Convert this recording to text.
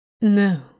No